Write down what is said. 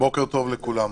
בוקר טוב לכולם.